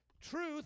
Truth